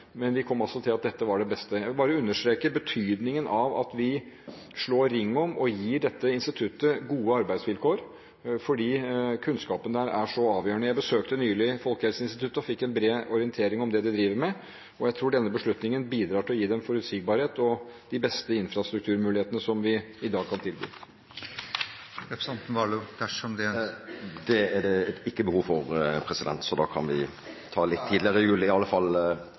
at vi slår ring om og gir dette instituttet gode arbeidsvilkår, fordi kunnskapen der er så avgjørende. Jeg besøkte nylig Folkehelseinstituttet og fikk en bred orientering om det de driver meg. Jeg tror denne beslutningen bidrar til å gi dem forutsigbarhet og de beste infrastrukturmulighetene som vi i dag kan tilby. Representanten Warloe får ordet til oppfølgingsspørsmål dersom det er behov for det. Det er det ikke behov for, president. Da er spørsmålet besvart. Jeg har følgende spørsmål til kunnskapsministeren: «Den nylig fremlagte rapporten fra Riksrevisjonen peker på alvorlige mangler i